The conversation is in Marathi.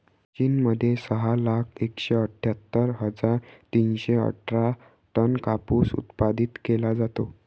चीन मध्ये सहा लाख एकशे अठ्ठ्यातर हजार तीनशे अठरा टन कापूस उत्पादित केला जातो